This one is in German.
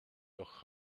noch